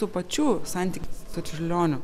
tų pačių santykis su čiurlioniu